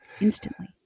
instantly